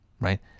right